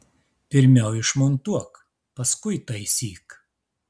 pirmiau išmontuok paskui taisyk